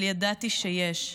אבל ידעתי שיש.